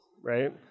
right